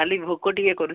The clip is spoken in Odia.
ଖାଲି ଭୋକ ଟିକେ କରୁଛି